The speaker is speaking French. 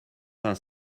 vingt